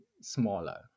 smaller